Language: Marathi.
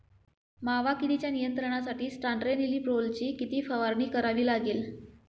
मावा किडीच्या नियंत्रणासाठी स्यान्ट्रेनिलीप्रोलची किती फवारणी करावी लागेल?